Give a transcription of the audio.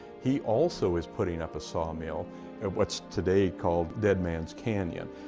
he also is putting up a sawmill at what's today called dead man's canyon,